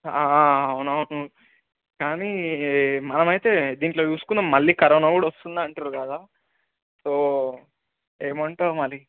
అవునవును కానీ మనం అయితే దీంట్లో చూసుకుందాం మళ్ళీ కరోనా కూడా వస్తుంది అంటుర్రు కదా సో ఏమంటావు మరి